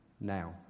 now